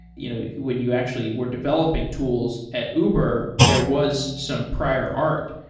you know when you actually were developing tools at uber, there was some prior art.